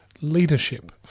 leadership